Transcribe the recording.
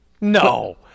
No